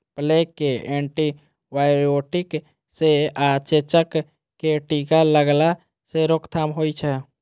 plague कें antibiotic सं आ चेचक कें टीका लगेला सं रोकथाम होइ छै